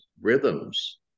rhythms